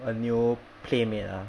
a new playmade ah